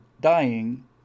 dying